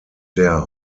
der